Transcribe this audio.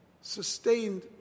sustained